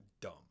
dumb